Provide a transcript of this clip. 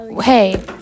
Hey